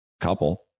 couple